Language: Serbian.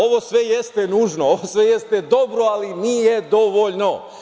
Ovo sve jeste nužno, ovo sve jeste dobro, ali nije dovoljno.